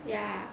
ya